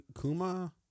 Kuma